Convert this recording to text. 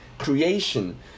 creation